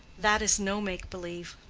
that is no make-believe.